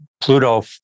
Pluto